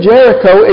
Jericho